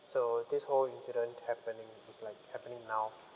so this whole incident happening it's like happening now